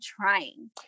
trying